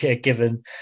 given